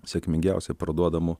sėkmingiausiai parduodamų